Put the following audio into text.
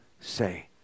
say